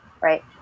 right